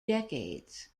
decades